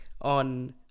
on